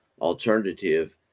alternative